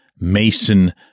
Mason